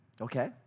Okay